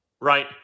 Right